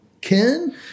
Ken